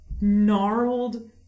gnarled